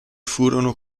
furono